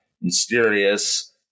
mysterious